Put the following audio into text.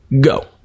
go